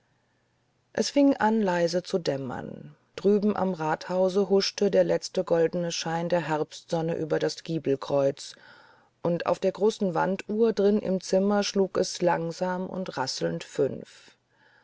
es fing an leise zu dämmern drüben am rathause huschte der letzte goldene schein der herbstsonne um das giebelkreuz und auf der großen wanduhr drin im zimmer schlug es langsam und rasselnd fünf